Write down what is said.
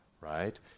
right